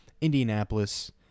Indianapolis